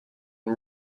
and